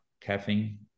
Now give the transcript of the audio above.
caffeine